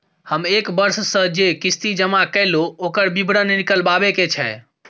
हम एक वर्ष स जे किस्ती जमा कैलौ, ओकर विवरण निकलवाबे के छै?